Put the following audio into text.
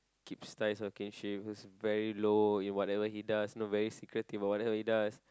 keeps ties or kinships very low in whatever he does not very secretive about whatever he does